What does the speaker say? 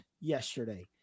yesterday